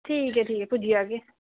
ठीक ऐ ठीक ऐ पुज्जी जाह्गे